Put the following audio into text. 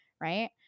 Right